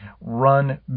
run